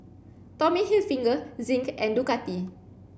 Tommy Hilfiger Zinc and Ducati